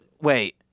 wait